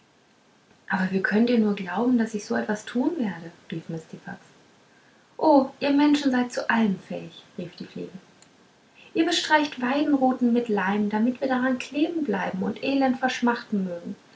aber wie könnt ihr nur glauben daß ich so etwas tun werde rief mistifax o ihr menschen seid zu allem fähig rief die fliege ihr bestreicht weidenruten mit leim damit wir daran kleben bleiben und elend verschmachten mögen